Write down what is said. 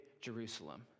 Jerusalem